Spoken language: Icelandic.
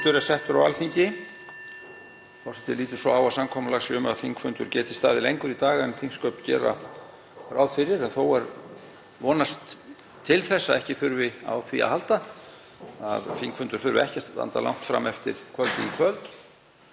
METADATA_END SPEECH_BEGIN Forseti lítur svo á að samkomulag um að þingfundur geti staðið lengur í dag en þingsköp gera ráð fyrir. Þó er vonast til þess að ekki þurfi á því að halda, að þingfundur þurfi ekki að standa langt fram eftir kvöldi í kvöld,